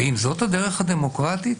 האם זאת הדרך הדמוקרטית?